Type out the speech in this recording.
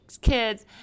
kids